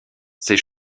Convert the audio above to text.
ses